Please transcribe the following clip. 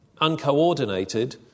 uncoordinated